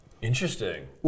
Interesting